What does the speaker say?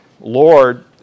Lord